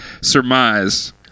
surmise